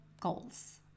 goals